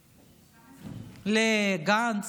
לגנץ,